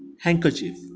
handkerchief